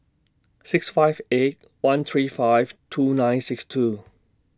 six five eight one three five two nine six two